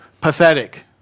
Pathetic